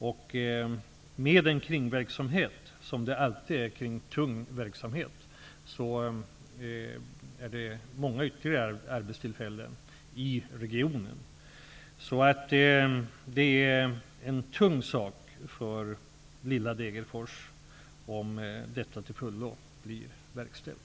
Med tanke på den kringverksamhet som alltid finns när det gäller tung verksamhet handlar det om många ytterligare arbetstillfällen i regionen. Det blir således tungt för lilla Degerfors om detta till fullo blir verkställt.